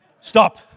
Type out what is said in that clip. Stop